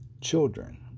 children